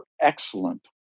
excellent